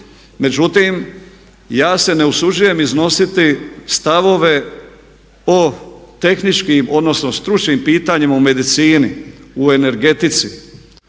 Međutim ja se ne usuđujem iznositi stavove o tehničkim odnosno stručnim pitanjima u medicini, u energetici,